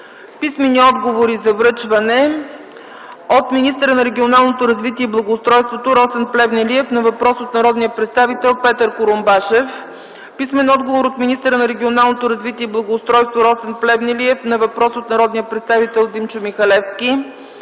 Писмени отговори за връчване от: – министъра на регионалното развитие и благоустройството Росен Плевнелиев на въпрос от народния представител Петър Курумбашев; – министъра на регионалното развитие и благоустройството Росен Плевнелиев на въпрос от народния представител Димчо Михалевски;